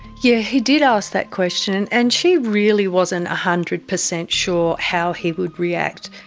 yeah, he did ask that question and and she really wasn't a hundred percent sure how he would react.